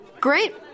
Great